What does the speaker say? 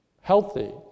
healthy